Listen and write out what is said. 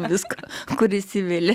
ne viską kuris įsiveli